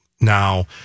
Now